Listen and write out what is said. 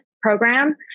program